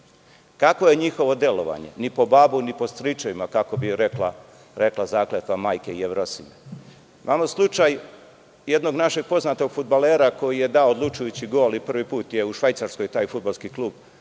Kakvo je njihovo delovanje? Ni po babu, ni po stričevima, kako bi rekla zakletva Majke Jevrosime. Imamo slučaj jednog našeg poznatog fudbalera, koji je dao odlučujući gol i prvi put je u Švajcarskoj taj fudbalski klub